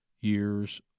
years